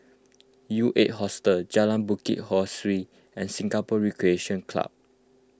U eight Hostel Jalan Bukit Ho Swee and Singapore Recreation Club